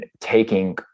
taking